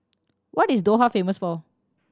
what is Doha famous for